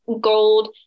gold